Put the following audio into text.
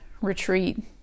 retreat